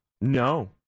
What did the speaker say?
no